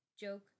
joke